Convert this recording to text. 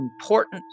important